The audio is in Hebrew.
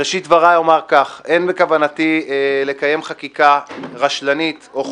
בראשית דבריי אומר כך: אין בכוונתי לקיים חקיקה רשלנית או חובבנית,